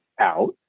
out